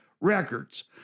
Records